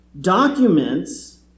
documents